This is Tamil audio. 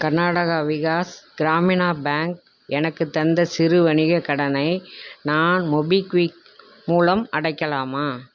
கர்நாடகா விகாஸ் கிராமினா பேங்க் எனக்குத் தந்த சிறு வணிகக் கடனை நான் மோபிக்விக் மூலம் அடைக்கலாமா